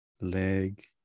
leg